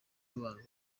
abantu